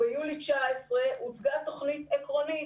ביולי 2019 הוצגה תוכנית עקרונית,